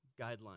guidelines